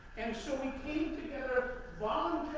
and, so, we came together,